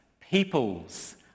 peoples